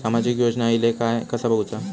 सामाजिक योजना इले काय कसा बघुचा?